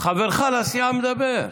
חברך לסיעה מדבר.